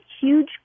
huge